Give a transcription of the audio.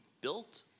built